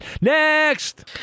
Next